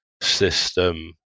system